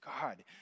God